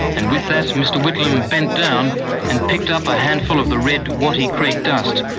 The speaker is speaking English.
and with that, mr whitlam bent down and picked up a handful of the red wattie creek dust,